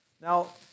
Now